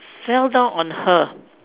fell down on her